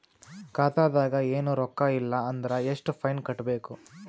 ಖಾತಾದಾಗ ಏನು ರೊಕ್ಕ ಇಲ್ಲ ಅಂದರ ಎಷ್ಟ ಫೈನ್ ಕಟ್ಟಬೇಕು?